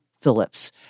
Phillips